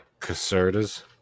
Caserta's